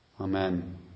Amen